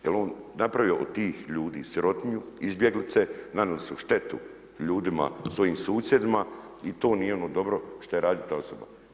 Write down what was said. Jel' on napravio od tih ljudi sirotinju, izbjeglice, nanijeli su štetu ljudima, svojim susjedima i to nije ono dobro što radi ta osoba.